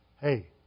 Hey